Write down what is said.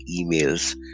emails